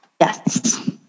yes